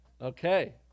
okay